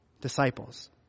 disciples